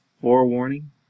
forewarning